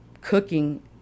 cooking